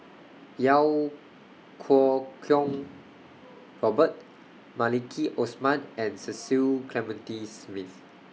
Iau Kuo Kwong Robert Maliki Osman and Cecil Clementi Smith